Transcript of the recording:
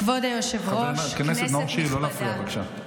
כבוד היושב-ראש, כנסת נכבדה,